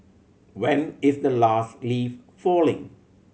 when is the last leaf falling